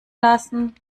lassen